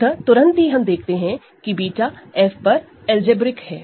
अतः तुरंत ही हम देखते हैं कि β ओवर F अलजेब्रिक है